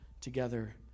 together